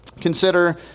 Consider